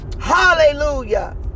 Hallelujah